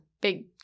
big